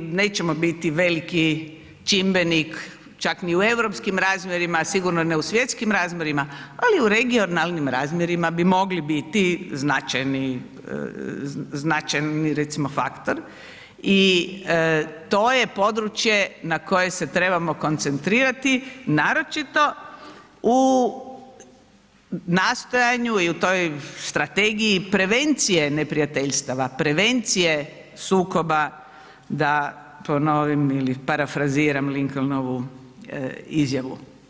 nećemo biti veliki čimbenik čak ni u europskim razmjerima, sigurno ne u svjetskim razmjerima, ali u regionalnim razmjerima bi mogli biti značajni, značajni recimo faktor i to je područje na koje se trebamo koncentrirati, naročito u nastojanju i u toj strategiji prevencije neprijateljstava, prevencije sukoba da ponovim ili parafraziram Linkelnovu izjavu.